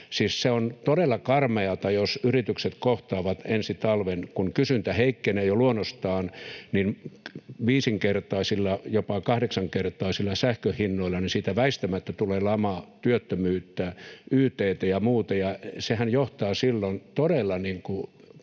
Siis on todella karmeata, jos yritykset kohtaavat ensi talven, kun kysyntä heikkenee jo luonnostaan, viisinkertaisilla, jopa kahdeksankertaisilla sähkön hinnoilla. Siitä väistämättä tulee lama, työttömyyttä, yt:itä ja muuta, ja sehän johtaa silloin todella